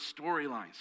storylines